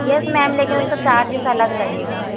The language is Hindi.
यस मैम लेकिन उसका चार्जेस अलग लगेगा